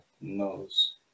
knows